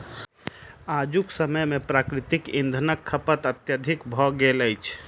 आजुक समय मे प्राकृतिक इंधनक खपत अत्यधिक भ गेल अछि